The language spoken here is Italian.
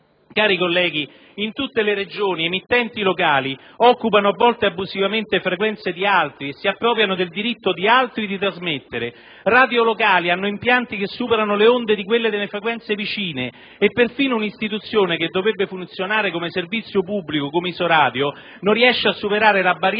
Cari colleghi, in tutte le Regioni emittenti locali occupano a volte abusivamente frequenze di altri e si appropriano del diritto di altri di trasmettere; radio locali hanno impianti che superano le onde di quelle delle frequenze vicine e perfino una istituzione che dovrebbe funzionare come servizio pubblico, come Isoradio, in alcune Regioni italiane